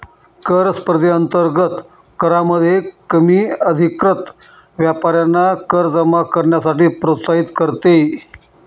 कर स्पर्धेअंतर्गत करामध्ये कमी अधिकृत व्यापाऱ्यांना कर जमा करण्यासाठी प्रोत्साहित करते